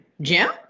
Jim